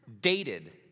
dated